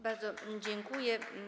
Bardzo dziękuję.